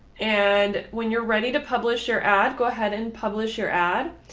and when you're ready to publish your ad, go ahead and publish your ad.